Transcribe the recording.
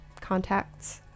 contacts